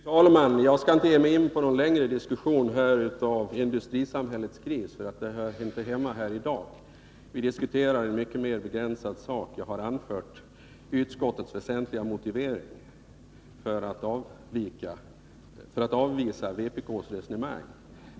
Fru talman! Jag skall inte ge mig in på någon längre diskussion om industrisamhällets kris, eftersom den diskussionen inte skall föras i dag. Vi diskuterar ju en mycket mer begränsad fråga, och jag har bara velat redogöra för utskottets väsentliga motivering för ett avvisande av vpk:s resonemang.